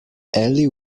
ellie